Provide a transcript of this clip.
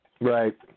Right